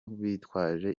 bitwaje